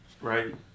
right